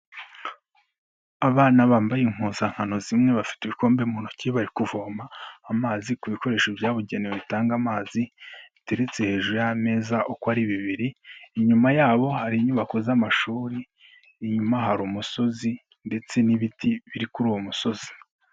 Abana bambaye impuzankano zimwe bafite ibikombe mu ntoki bari kuvoma, amazi ku bikoresho byabugenewe, bitanga amazi, biteretse hejuru y'ameza uko ari bibiri, inyuma yabo hari inyubako z'amashuri, inyuma hari umusozi ndetse n'ibiti biri kuri uwo musozi.